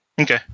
Okay